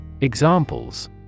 Examples